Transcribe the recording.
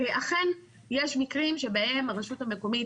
אכן יש מקרים שבהם הרשות המקומית,